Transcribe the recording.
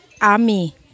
army